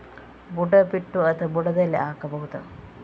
ಬುಡ ಬಿಟ್ಟು ಅಥವಾ ಬುಡದಲ್ಲಿ ಹಾಕಬಹುದಾ?